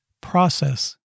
process